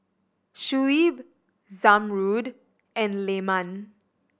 Shuib Zamrud and Leman